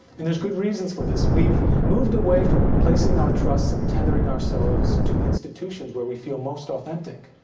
and there's good reasons for this. we've moved away from placing our trust and tethering ourselves to institutions, where we feel most authentic.